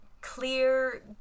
clear